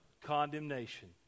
condemnation